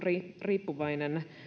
riippuvainen